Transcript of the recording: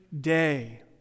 day